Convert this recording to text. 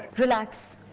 relax.